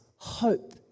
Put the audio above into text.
Hope